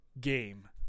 game